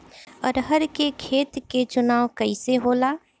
अरहर के खेत के चुनाव कइसे होला?